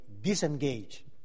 disengage